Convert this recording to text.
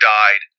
died